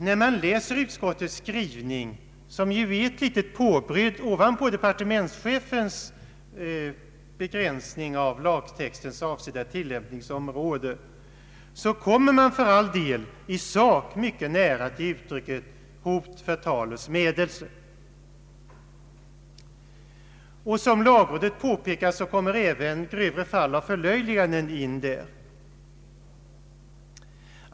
När man läser utskottets skrivning, som ju är ett påbröd ovanpå departementschefens begränsning av lagtextens avsedda tillämpningsområde, så kommer man visserligen i sak mycket nära uttrycket ”förtal eller smädelse”. Som lagrådet påpekar innefattas häri även grövre fall av förlöjligande.